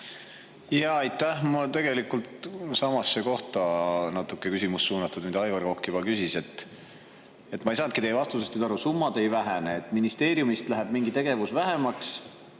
Aitäh! Mul on tegelikult natuke samasse kohta küsimus suunatud, mida Aivar Kokk juba küsis. Ma ei saanudki teie vastusest nüüd aru. Summad ei vähene, ministeeriumist läheb mingi tegevus vähemaks,